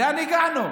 לאן הגענו?